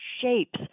shapes